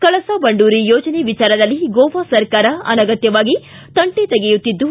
ಕಳಸಾ ಬಂಡೂರಿ ಯೋಜನೆ ವಿಚಾರದಲ್ಲಿ ಗೋವಾ ಸರ್ಕಾರ ಅನಗತ್ಯವಾಗಿ ತಂಟೆ ತೆಗೆಯುತ್ತಿದ್ದು